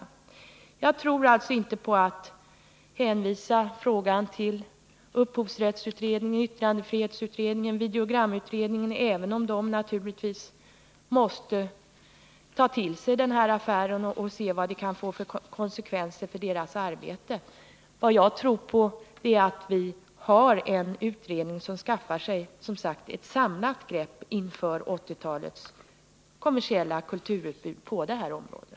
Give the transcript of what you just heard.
Jag tror alltså inte på att hänvisa frågan till upphovsrättsutredningen, yttrandefrihetsutredningen och videogramutredningen — även om de naturligtvis måste ta till sig den här affären och se vad den kan få för konsekvenser för deras arbete. Vad jag tror att vi måste ha är en utredning som skaffar sig ett samlat grepp inför 1980-talets kommersiella kulturutbud på det här området.